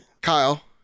Kyle